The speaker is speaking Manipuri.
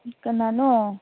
ꯀꯅꯥꯅꯣ